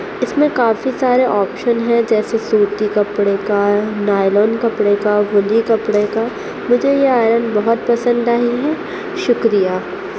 اس میں کافی سارے آپشن ہیں جیسے سوتی کپڑے کا نائلون کپڑے کا ہدی کپڑے کا مجھے یہ آئرن بہت پسند آئی ہے شکریہ